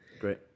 Great